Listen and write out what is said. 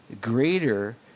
greater